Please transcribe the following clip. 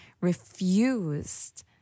refused